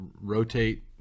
rotate